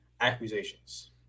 accusations